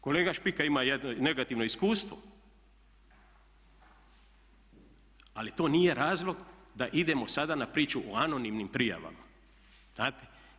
Kolega Špika ima jedno negativno iskustvo ali to nije razlog da idemo sada na priču o anonimnim prijavama, znate.